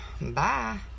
Bye